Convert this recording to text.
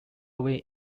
away